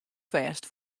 fêst